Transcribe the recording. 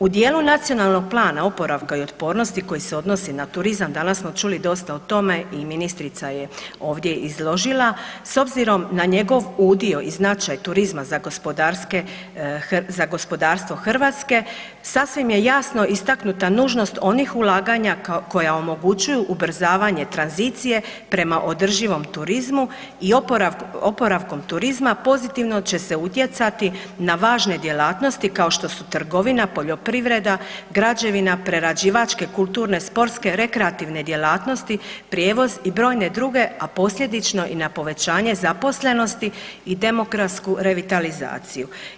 U dijelu Nacionalnog plana oporavka i otpornosti koji se odnosi na turizam, danas smo čuli dosta o tome i ministrica je ovdje izložila, s obzirom na njegov udio i značaj turizma za gospodarstvo Hrvatske, sasvim je jasno istaknuta nužnost onih ulaganja koja omogućuju ubrzavanje tranzicije prema održivom turizmu i oporavkom turizma pozitivno će se utjecati na važne djelatnosti kao što su trgovina, poljoprivreda, građevina, prerađivačke, kulturne, sportske, rekreativne djelatnosti, prijevoz i brojne druge, a posljedično i na povećanje zaposlenosti i demografsku revitalizaciju.